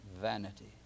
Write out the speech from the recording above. vanity